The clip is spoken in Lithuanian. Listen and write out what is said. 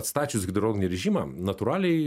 atstačius hidrologinį režimą natūraliai